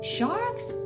Sharks